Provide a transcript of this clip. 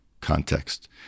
context